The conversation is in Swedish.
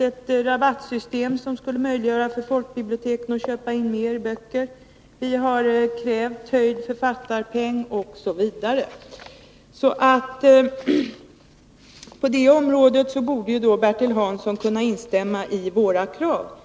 ett rabattsystem som skulle möjliggöra för folkbiblioteken att köpa in fler böcker och en höjning av författarpengen. På det området borde Bertil Hansson faktiskt kunna instämma i våra krav.